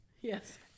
Yes